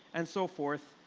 and so forth.